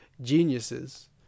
geniuses